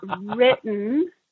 written